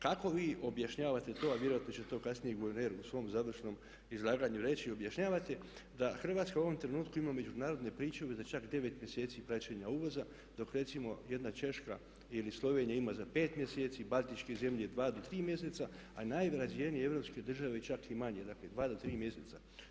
Kako vi objašnjavate to, a vjerojatno će to kasnije guverner u svom završnom izlaganju reći, objašnjavate da Hrvatska u ovom trenutku ima međunarodne pričuve za čak 9 mjeseci praćenja uvoza dok recimo jedna Češka ili Slovenija ima za 5 mjeseci, baltičke zemlje 2 do 3 mjeseca, a najrazvijenije europske države čak i manje, dakle 2 do 3 mjeseca.